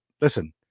listen